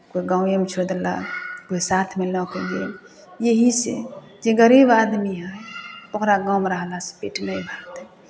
कोइ गाँवएमे छोड़ि देलक कोइ साथमे लऽ कऽ गेल एहीसँ जे गरीब आदमी हइ ओकरा गाँवमे रहलासँ पेट नहि भरतै